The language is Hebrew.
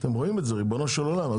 ריבונו של עולם.